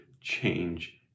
change